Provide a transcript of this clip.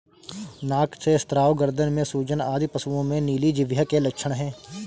नाक से स्राव, गर्दन में सूजन आदि पशुओं में नीली जिह्वा के लक्षण हैं